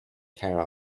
care